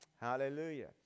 hallelujah